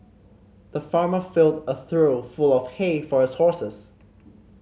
the farmer filled a trough full of hay for his horses